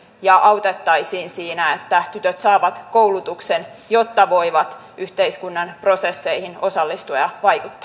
ja autettaisiin siinä että tytöt saavat koulutuksen jotta voivat yhteiskunnan prosesseihin osallistua